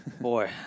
Boy